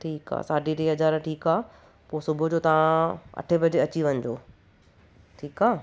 ठीक आहे साढी टी हज़ार ठीक आहे पोइ सुबुह जो तव्हां अठे बजे अची वञजो ठीक आहे